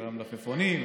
המלפפונים,